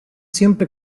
siempre